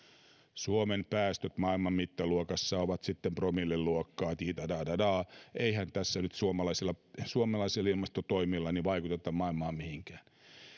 suomen päästöt maailman mittaluokassa ovat sitten promillen luokkaa diidadaadadaa eihän tässä nyt suomalaisilla ilmastotoimilla vaikuteta maailmassa mihinkään